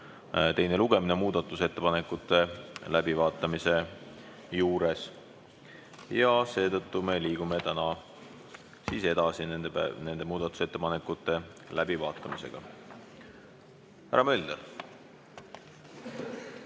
teine lugemine muudatusettepanekute läbivaatamise juures. Seetõttu me liigume täna edasi nende muudatusettepanekute läbivaatamisega. Härra Mölder.